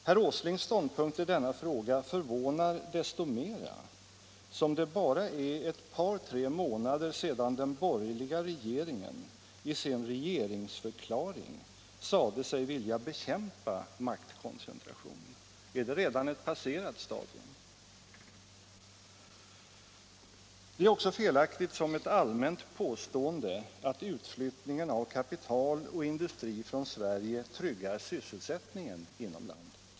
Herr Åslings ståndpunkt i denna fråga förvånar så mycket mera som det bara är ett par tre månader sedan den borgerliga regeringen i sin regeringsförklaring sade sig vilja bekämpa maktkoncentration. Är detta redan ett passerat stadium? Det är också felaktigt att allmänt påstå att utflyttningen av kapital och industri från Sverige tryggar sysselsättningen inom landet.